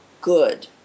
good